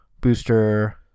booster